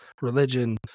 religion